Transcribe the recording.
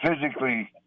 physically